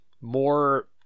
more